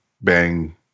bang